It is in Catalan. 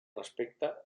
respecte